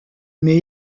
mais